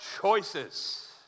choices